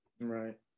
Right